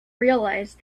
realise